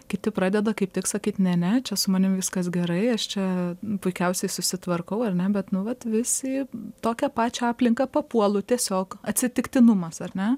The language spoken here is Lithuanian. kiti pradeda kaip tik sakyt ne ne čia su manim viskas gerai aš čia puikiausiai susitvarkau ar ne bet nu vat vis į tokią pačią aplinką papuolu tiesiog atsitiktinumas ar ne